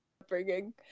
upbringing